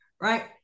right